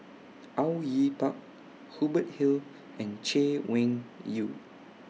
Au Yue Pak Hubert Hill and Chay Weng Yew